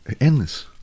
endless